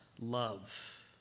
love